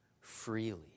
freely